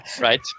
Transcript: right